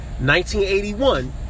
1981